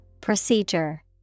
Procedure